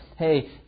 hey